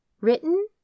Written